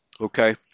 okay